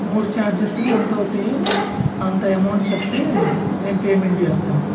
మూడు చార్జెస్ ఎంత అవుతాయో అంత అమౌంట్ చెప్తే మేము పేమెంట్ చేస్తాము